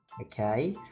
Okay